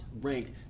ranked